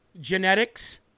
genetics